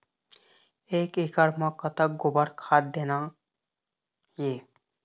एक एकड़ म कतक गोबर खाद देना ये?